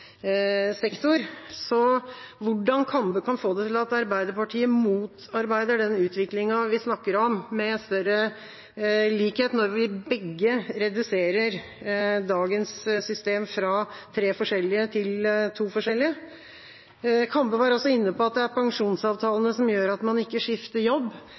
Så hvordan kan representanten Kambe få det til at Arbeiderpartiet motarbeider den utviklinga vi snakker om med større likhet, når vi begge reduserer dagens system fra tre forskjellige til to forskjellige? Representanten Kambe var også inne på at det er pensjonsavtalene som gjør at man ikke skifter jobb.